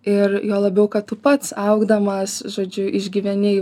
ir juo labiau kad tu pats augdamas žodžiu išgyveni